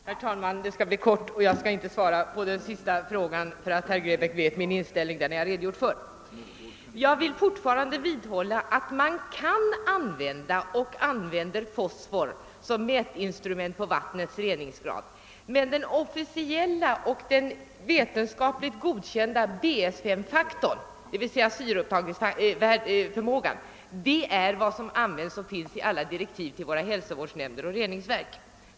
Herr talman! Mitt inlägg skall bli kort, och jag skall inte svara på den sista delen av herr Grebäcks anförande — herr Grebäck känner till min inställning där. Visst kan man använda och använder även fosfor som mätinstrument på vatinets reningsgrad, men den officiella och vetenskapligt godkända BSs;-faktorn, d.v.s. syreupptagningsförmågan, är vad som finns i alla direktiv till hälsovårdsnämnder och reningsverk.